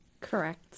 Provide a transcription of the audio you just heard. Correct